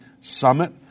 Summit